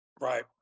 right